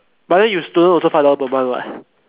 but then you student also five dollar per month what